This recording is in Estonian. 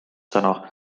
täna